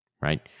right